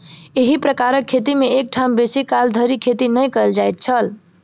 एही प्रकारक खेती मे एक ठाम बेसी काल धरि खेती नै कयल जाइत छल